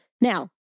Now